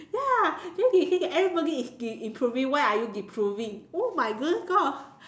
ya then he say that everybody is improving why are you deproving oh my goodness Gosh